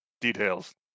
details